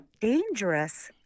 dangerous